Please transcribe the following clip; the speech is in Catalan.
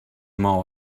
mou